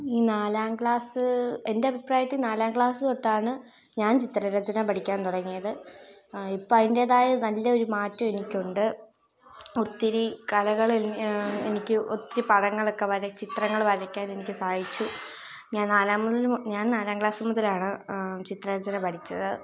ഈ നാലാം ക്ലാസ് എൻ്റെ അഭിപ്രായത്തിൽ നാലാം ക്ലാസ് തൊട്ടാണ് ഞാൻ ചിത്രരചന പഠിക്കാൻ തുടങ്ങിയത് ഇപ്പോൾ അതിൻ്റേതായ നല്ലൊരു മാറ്റം എനിക്കുണ്ട് ഒത്തിരി കലകൾ എനിക്ക് ഒത്തിരി പടങ്ങളൊക്കെ വര ചിത്രങ്ങൾ വരയ്ക്കാൻ എനിക്ക് സാധിച്ചു ഞാൻ നാല മു ഞാൻ നാലാം ക്ലാസ് മുതലാണ് ചിത്രരചന പഠിച്ചത്